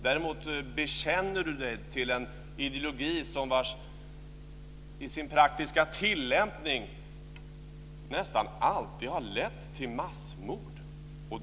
Däremot bekänner du dig till en ideologi som i sin praktiska tillämpning nästan alltid har lett till massmord.